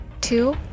Two